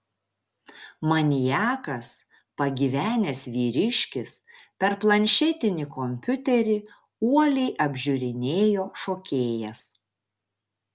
maniakas pagyvenęs vyriškis per planšetinį kompiuterį uoliai apžiūrinėjo šokėjas